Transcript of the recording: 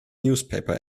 newspaper